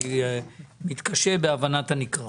אני מתקשה בהבנת הנקרא.